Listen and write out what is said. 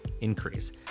increase